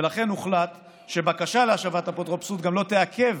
ולכן הוחלט שבקשה להשבת אפוטרופסות גם לא תעכב